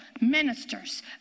ministers